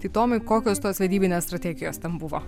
tai tomai kokios tos vedybinės strategijos ten buvo